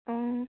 অঁ